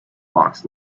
box